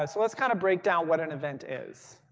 ah so let's kind of break down what an event is.